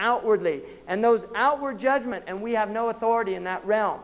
outwardly and those outward judgment and we have no authority in that realm